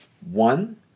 One